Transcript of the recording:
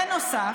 בנוסף,